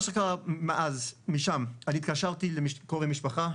מה שקרה משם הוא שאני התקשרתי לקרוב משפחה,